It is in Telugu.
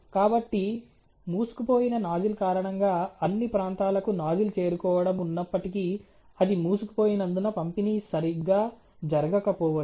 కాబట్టి మూసుకుపోయిన నాజిల్ కారణంగా అన్ని ప్రాంతాలకు నాజిల్ చేరుకోవడం ఉన్నప్పటికీ అది మూసుకుపోయినందున పంపిణీ సరైగ్గా జరగకపోవచ్చు